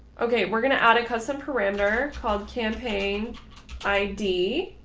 ok, we're going to add a custom parameter called campaign i d.